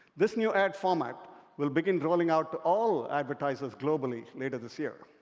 this new ad format will begin rolling out to all advertisers globally later this year.